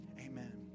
Amen